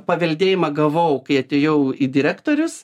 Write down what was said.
paveldėjimą gavau kai atėjau į direktorius